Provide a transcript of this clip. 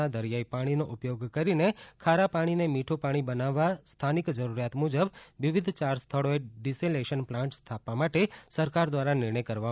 ના દરિયાઇ પાણી નો ઉપયોગ કરીને ખારા પાણીને મીઠ પાણી બનાવવા સ્થાનિક જરૂરીયાત મુજબ વિવિધ યાર સ્થળોએ ડીસેલીનેશન પ્લાન્ટસ સ્થાપવા માટે સરકાર દ્વારા નિર્ણય કરવામાં આવ્યો છે